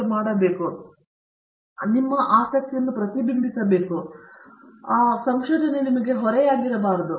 ಮತ್ತು ನೀವು ಮಾಡಬೇಕು ನೀವು ಏನು ಮಾಡುತ್ತಿರುವಿರಿ ನಿಮ್ಮ ಆಸಕ್ತಿಯಂತೆ ಪ್ರತಿಬಿಂಬಿಸಬೇಕು ನಿಮಗಾಗಿ ಒಂದು ಹೊರೆಯಾಗಿರಬಾರದು